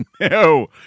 no